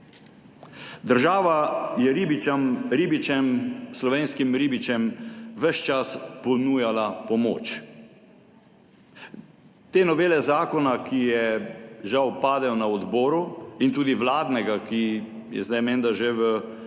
Država je ribičem, slovenskim ribičem, ves čas ponujala pomoč. Te novele zakona, ki je, žal, padel na odboru, in tudi vladnega, ki je zdaj menda že v